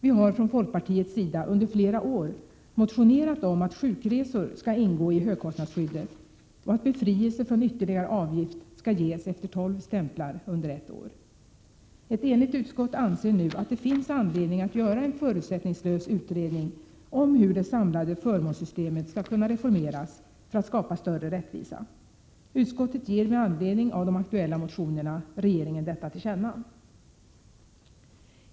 Vi har från folkpartiets sida under flera år motionerat om att sjukresor skall ingå i högkostnadsskyddet och att befrielse från ytterligare avgift skall ges efter 12 stämplar under ett år. Ett enigt utskott anser nu att det finns anledning att göra en förutsättningslös utredning om hur det samlade förmånssystemet skall kunna reformeras för att det skall skapas större rättvisa. Utskottet föreslår med anledning av de aktuella motionerna att detta skall ges regeringen till känna.